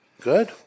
good